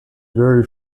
very